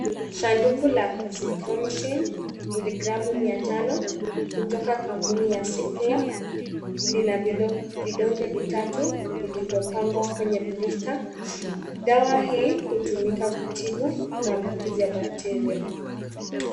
Sanduku la Azithromycin miligramu mia tano kutoka kampuni ya Cipla lina vidonge vitatu vilivyopangwa kwenye blista. Dawa hii hutumika kutibu maambukizi ya bacteria.